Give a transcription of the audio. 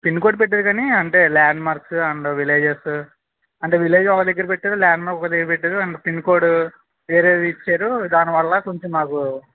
pin code పెట్టేరు కానీ అంటే ల్యాండ్ మార్క్స్ అండ్ విలేజెస్ అంటే విలేజ్ ఒక దగ్గర పెట్టారు ల్యాండ్ మార్క్ ఒక దగ్గర పెట్టారు అండ్ పిన్కోడ్ వేరేది ఇచ్చారు దానివల్ల కొంచెం మాకు